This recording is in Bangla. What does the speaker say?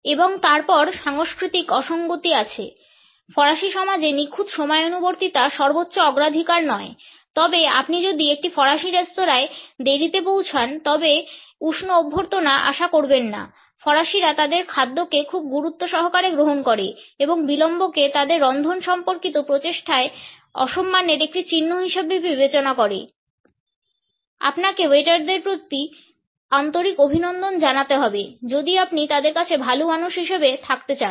এবং তারপর সাংস্কৃতিক অসঙ্গতি আছে ফরাসি সমাজে নিখুঁত সময়ানুবর্তিতা সর্বোচ্চ অগ্রাধিকার নয় তবে আপনি যদি একটি ফরাসি রেস্তোরাঁয় দেরিতে পৌঁছান তবে উষ্ণ অভ্যর্থনা আশা করবেন না ফরাসিরা তাদের খাদ্যকে খুব গুরুত্ব সহকারে গ্রহণ করে এবং বিলম্বকে তাদের রন্ধনসম্পর্কিত প্রচেষ্টায় অসম্মানের একটি চিহ্ন হিসাবে বিবেচনা করে আপনাকে ওয়েটারদের প্রতি আন্তরিক অভিনন্দন জানাতে হবে যদি আপনি তাদের কাছে ভালো মানুষ হিসেবে থাকতে চান